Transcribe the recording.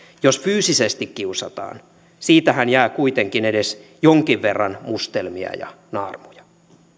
jos fyysisesti kiusataan siitähän jää kuitenkin edes jonkin verran mustelmia ja naarmuja